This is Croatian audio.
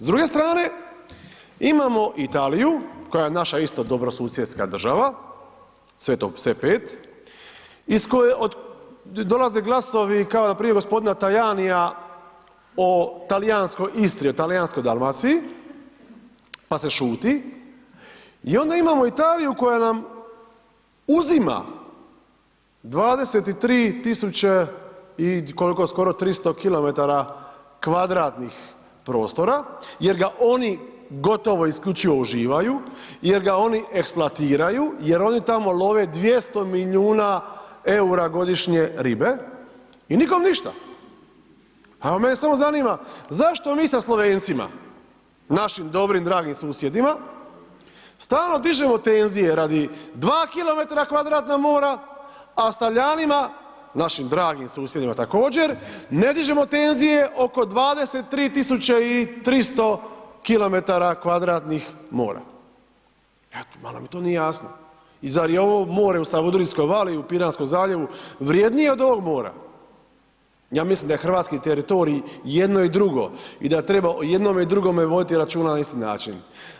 S druge strane, imamo Italiju koja je naša isto dobrosusjedska država, sve to, sve 5, iz koje dolaze glasovi kao npr. g. Tajanija o Talijanskoj Istri, o Talijanskoj Dalmaciji, pa se šuti, i onda imamo Italiju koja nam uzima 23 tisuće i koliko, skoro 300 km2 prostora jer ga oni gotovo isključivo uživaju, jer ga oni eksploatiraju, jer oni tamo love 200 milijuna EUR-a godišnje ribe i nikom ništa, a mene samo zanima zašto mi sa Slovencima, našim dobrim, dragim susjedima stalno dižemo tenzije radi 2 km2 mora, a s Talijanima, našim dragim susjedima također ne dižemo tenzije oko 23 300 km2 mora, eto, malo mi to nije jasno i zar je ovo more u Savudrijskoj vali i Piranskom zaljevu vrijednije od ovog mora, ja mislim da je hrvatski teritorij i jedno i drugo i da treba o jednome i drugome voditi računa na isti način.